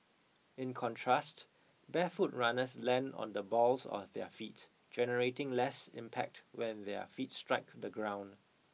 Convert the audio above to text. in contrast barefoot runners land on the balls of their feet generating less impact when their feet strike the ground